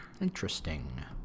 Interesting